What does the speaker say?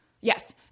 yes